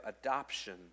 adoption